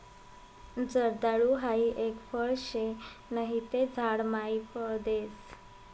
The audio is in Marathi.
जर्दाळु हाई एक फळ शे नहि ते झाड मायी फळ देस